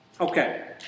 Okay